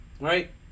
Right